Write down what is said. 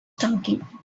talking